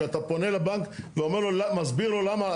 שאתה פונה לבנק ואומר לו, מסביר לו למה.